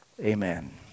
Amen